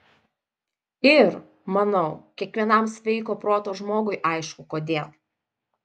ir manau kiekvienam sveiko proto žmogui aišku kodėl